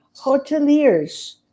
hoteliers